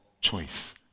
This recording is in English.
choice